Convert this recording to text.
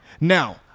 now